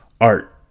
art